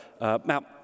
Mount